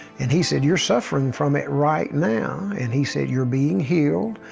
and he said, you're suffering from it right now, and he said, you're being healed.